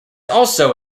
also